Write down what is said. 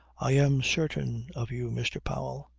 i am certain of you, mr. powell.